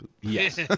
Yes